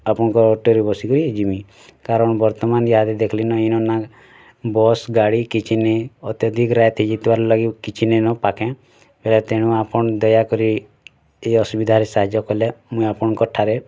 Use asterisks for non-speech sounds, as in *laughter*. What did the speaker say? ଆପଣଙ୍କ ଅଟୋରେ ବସିକିରି ଯିମି କାରଣ ବର୍ତ୍ତମାନ୍ ଇହା ଦେ ଦେଖଲି ନ ଏଇନ ନା ବସ୍ ଗାଡ଼ି କିଛି ନଇଁ ଅତ୍ୟଧିକ ରାତି *unintelligible* ଲାଗି କିଛି ନେଇଁ ନ ପାଖେ ଫେର୍ ତେଣୁ ଆପଣ ଦୟାକରି ଏଇ ଅସୁବିଧାରେ ସାହାଯ୍ୟ କଲେ ମୁଇଁ ଆପଣଙ୍କଠାରେ